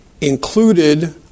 Included